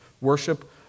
worship